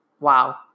Wow